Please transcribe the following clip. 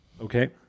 Okay